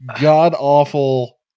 God-awful